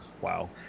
Wow